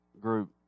group